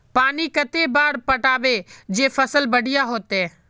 पानी कते बार पटाबे जे फसल बढ़िया होते?